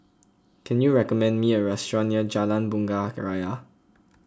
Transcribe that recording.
can you recommend me a restaurant near Jalan Bunga Raya